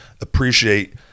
appreciate